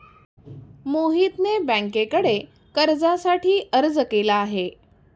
मोहितने बँकेकडे कर्जासाठी अर्ज केला आहे